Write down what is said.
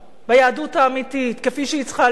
ביהדות האמיתית, כפי שהיא צריכה להיות.